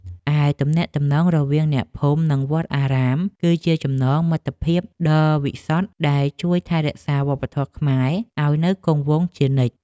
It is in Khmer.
ឯទំនាក់ទំនងរវាងអ្នកភូមិនិងវត្តអារាម គឺជាចំណងមិត្តភាពដ៏វិសុទ្ធដែលជួយថែរក្សាវប្បធម៌ខ្មែរឱ្យនៅគង់វង្សជានិច្ច។